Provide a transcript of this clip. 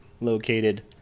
located